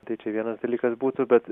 tai čia vienas dalykas būtų bet